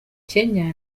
kenya